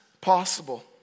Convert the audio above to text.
possible